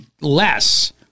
less